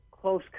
close